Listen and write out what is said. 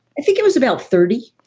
i think it was about thirty.